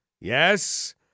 Yes